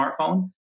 smartphone